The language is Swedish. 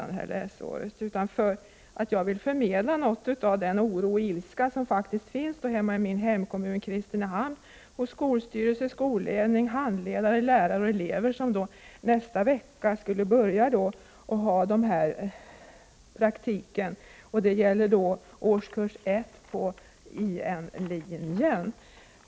Anledningen till frågan var i stället att jag ville förmedla något av den oro och ilska som faktiskt finns i min hemkommun, Kristinehamns kommun, hos skolstyrelsen, skolledningen, handledarna och de elever som nästa vecka skulle påbörja sin praktik. Det gäller då årskurs 1 på In-linjen.